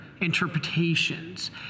interpretations